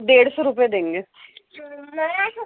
ڈیڑھ سو روپے دیں گے